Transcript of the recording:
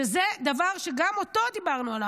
שזה דבר שגם עליו דיברנו.